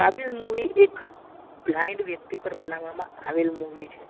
કાબિલ movie એક blind વ્યક્તિ પર બનાવવામાં આવેલ મુવી છે